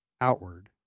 outward